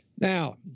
Now